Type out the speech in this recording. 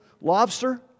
Lobster